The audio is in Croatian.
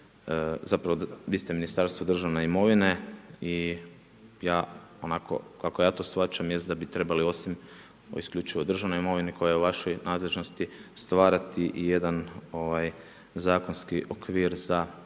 zapravo vi ste Ministarstvo državne imovine i ja onako kako ja to shvaćam jest da bi trebali, osim o isključivo državnoj imovini koja je u vašoj nadležnosti, stvarati i jedan zakonski okvir za